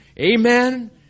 Amen